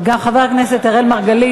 עובדי משרד, השתלמות מורים